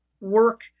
work